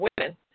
women